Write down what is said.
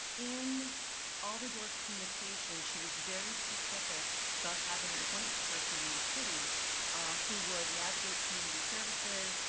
in alder dorff's communication, she was very specific about having a point person in the city who would navigate community services,